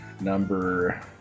Number